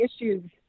issues